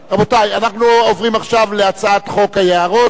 אני קובע שהצעת חוק לשינוי שיטת העדכון של פנסיה